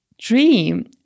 dream